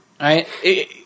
Right